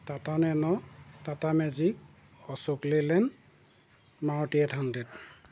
Tata nano Tata magic Ashok Leyland Maruti eight hundred